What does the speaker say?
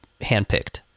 handpicked